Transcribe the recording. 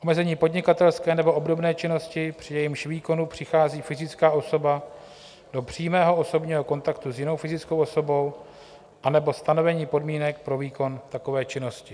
Omezení podnikatelské nebo obdobné činnosti, při jejímž výkonu přichází fyzická osoba do přímého osobního kontaktu s jinou fyzickou osobou, anebo stanovení podmínek pro výkon takové činnosti.